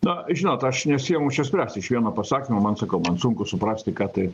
na žinot aš nesiimu čia spręsti iš vieno pasakymo man sakau man sunku suprasti ką tai